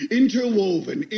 interwoven